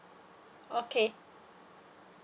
okay